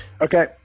Okay